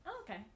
okay